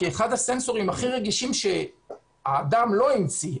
כי אחד הסנסורים הכי רגישים שהאדם לא המציא,